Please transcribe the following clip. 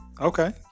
Okay